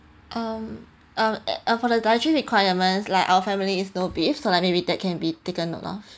um um uh for the dietary requirements like our family is no beef so like maybe that can be taken note of